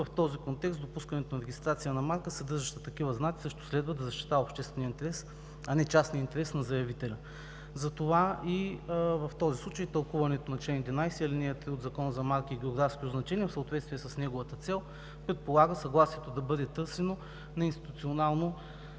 в този контекст допускането на регистрация на марка, съдържаща такива знаци, също следва да защитава обществения интерес, а не частния интерес на заявителя. Затова и в този случай тълкуването на чл. 11, ал. 3 от Закона за марките и географските означения в съответствие с неговата цел предполага съгласието да бъде търсено на институционално